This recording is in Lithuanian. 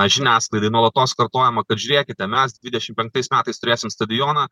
žiniasklaidoj nuolatos kartojama kad žiūrėkite mes dvidešim penktais metais turėsim stadioną